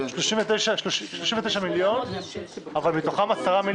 39 מיליון, אבל מתוכם 10 מיליון